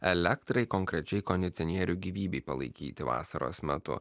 elektrai konkrečiai kondicionierių gyvybei palaikyti vasaros metu